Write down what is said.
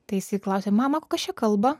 tai jisai klausia mama kas čia kalba